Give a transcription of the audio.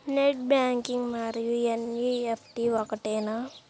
Net banking మరియు NEFT ఒకటేనా?